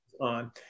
on